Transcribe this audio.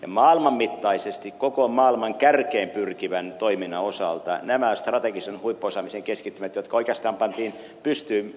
ja maailmanmittaisesti koko maailman kärkeen pyrkivän toiminnan osalta näillä strategisen huippuosaamisen keskittymillä jotka oikeastaan pantiin pystyyn ed